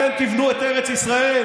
אתם תבנו את ארץ ישראל?